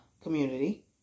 community